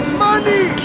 money